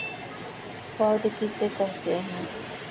पौध किसे कहते हैं?